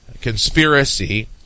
conspiracy